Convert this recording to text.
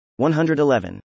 111